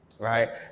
Right